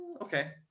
okay